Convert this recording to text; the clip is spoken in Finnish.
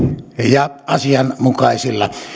ja asianmukaisilla